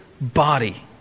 body